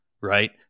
right